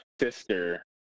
sister